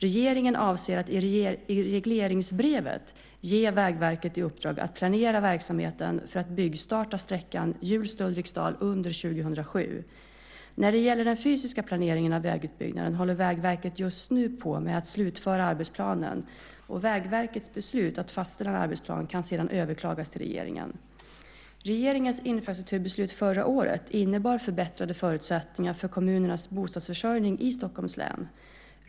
Regeringen avser att i regleringsbrevet ge Vägverket i uppdrag att planera verksamheten för att byggstarta sträckan Hjulsta-Ulriksdal under 2007. När det gäller den fysiska planeringen av vägutbyggnaden håller Vägverket just nu på med att slutföra arbetsplanen. Vägverkets beslut att fastställa en arbetsplan kan sedan överklagas till regeringen. Regeringens infrastrukturbeslut förra året innebar förbättrade förutsättningar för kommunernas bostadsförsörjning i Stockholms län.